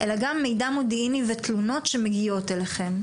אלא גם מידע מודיעיני ותלונות שמגיעות אליכם.